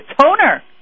toner